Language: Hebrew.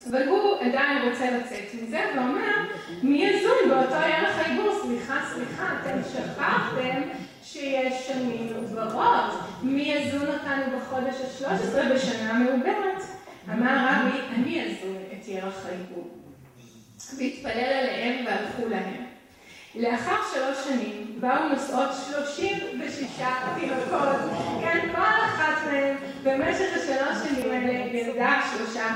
אבל הוא עדיין רוצה לצאת מזה ואומר, מי יזון באותו ירח העיבור? סליחה, סליחה, אתם שכחתם שיש שנים מעוברות? מי יזון אותנו בחודש השלוש עשרה בשנה המעוברת? אמר רבי, אני יזון את ירח העיבור. והתפלל עליהם והלכו להם. לאחר שלוש שנים, באו נוסעות שלושים ושישה תינוקות, כי כאן כל אחת מהן במשך השלוש שנים ילדה שלושה...